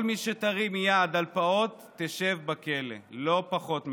כל מי שתרים יד על פעוט תשב בכלא, לא פחות מכך.